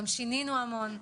גם שינינו המון,